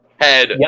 head